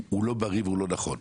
הוא לא בריא והוא לא נכון.